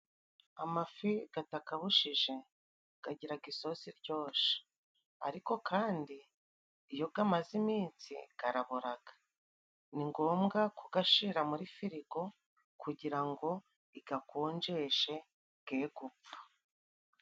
Amafi gatakabujije kagiraga isosi iryoshe, ariko kandi iyo gamaze iminsi garaboraga. Ni ngombwa kugashira muri firigo kugira ngo igakonjeshe ge gupfa.